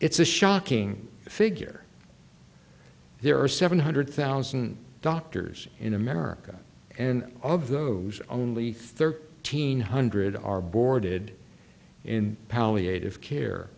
it's a shocking figure there are seven hundred thousand doctors in america and all of those only thirteen hundred are boarded